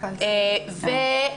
כמו כן,